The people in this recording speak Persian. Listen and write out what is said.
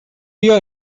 بیا